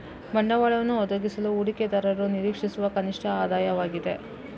ಬಂಡವಾಳವನ್ನು ಒದಗಿಸಲು ಹೂಡಿಕೆದಾರರು ನಿರೀಕ್ಷಿಸುವ ಕನಿಷ್ಠ ಆದಾಯವಾಗಿದೆ